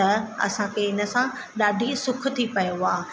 त असांखे इन सां ॾाढी सुख थी पियो आहे